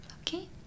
okay